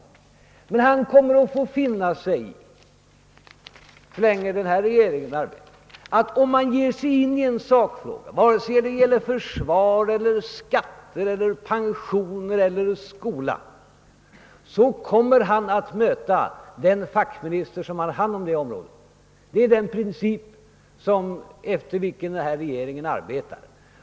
Men herr Holmberg kommer att få finna sig i, så länge denna regering arbetar, att om han ger sig in i en sakfråga — vare sig det gäller försvar, skatter, pensioner eller skola — kommer han att möta den fackminister som har hand om området i fråga. Det är den princip. efter vilken denna regering arbetar.